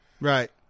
Right